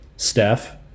Steph